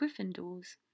Gryffindors